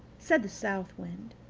said the south wind